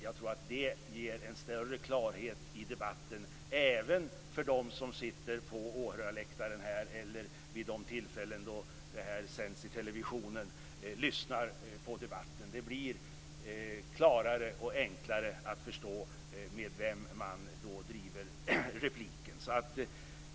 Jag tror att det ger en större klarhet i debatten, även för dem som sitter på åhörarläktaren och för dem som ser på de TV-sända debatterna. Det blir klarare och enklare att förstå med vem man debatterar.